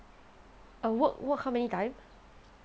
err work work how many time